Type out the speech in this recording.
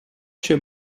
cię